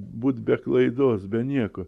būt be klaidos be nieko